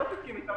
לא תסכים אתה,